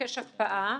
לבקש הקפאה,